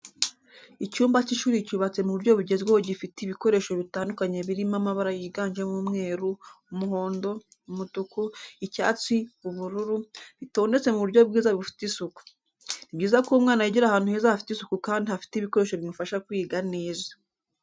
Icyumba cy'ishuri cyubatse mu buryo bugezweho gifite ibikoresho bitandukanye biri mabara yiganjemo umweru, umuhondo, umutuku, icyatsi ubururu, bitondetse mu buryo bwiza bufite isuku. Ni byiza ko umwana yigira ahantu heza hafite isuku kandi hari ibikoresho bimufasha kwiga neza.